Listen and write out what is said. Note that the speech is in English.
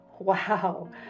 Wow